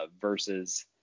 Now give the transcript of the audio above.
versus